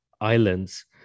islands